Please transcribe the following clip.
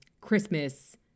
Christmas